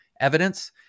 evidence